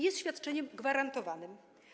Jest świadczeniem gwarantowanym.